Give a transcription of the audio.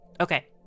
Okay